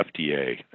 FDA